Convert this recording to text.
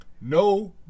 No